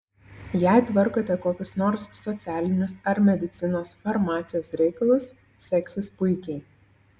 jei tvarkote kokius nors socialinius ar medicinos farmacijos reikalus seksis puikiai